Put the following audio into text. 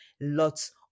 lots